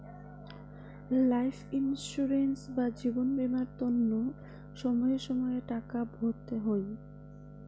life insurance বা জীবন বীমার তন্ন সময়ে সময়ে টাকা ভরতে হই